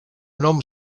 nom